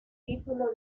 título